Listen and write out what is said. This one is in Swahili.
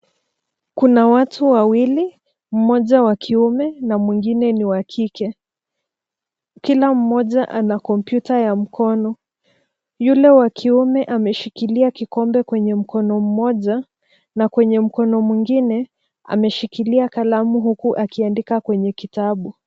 Kuna watu wawili, mmoja wa kiume na mwingine ni wa kike. Kila mmoja ana kompyuta ya mkono. Yule wa kiume ameshikilia kikombe kwenye mkono mmoja na kwenye mkono mwingine ameshikilia kalamu huku akiandika kwenye kitabu.